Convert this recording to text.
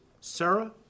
Sarah